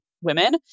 women